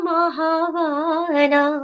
Mahavana